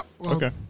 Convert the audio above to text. Okay